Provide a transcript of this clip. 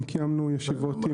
גם קיימנו ישיבות.